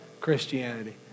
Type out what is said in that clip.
Christianity